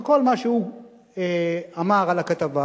וכל מה שהוא אמר על הכתבה,